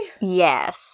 Yes